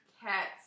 cats